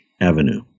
avenue